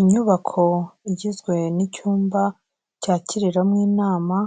Inyubako igizwe n'icyumba cyakiriramo inama,